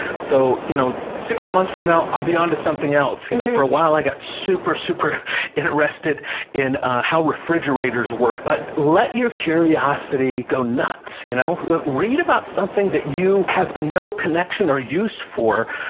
so, you know, six months from now i'll be on to something else. you know for a while i got super, super interested in how refrigerators work. but let your curiosity go nuts, you know read about something that you have no connection or use for,